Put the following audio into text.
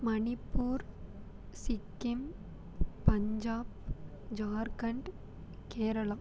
Manipur Sikkim Punjab Jharkhand Kerala